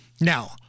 Now